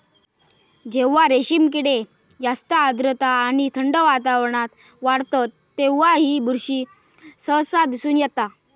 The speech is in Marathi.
जेव्हा रेशीम किडे जास्त आर्द्रता आणि थंड वातावरणात वाढतत तेव्हा ही बुरशी सहसा दिसून येता